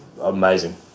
amazing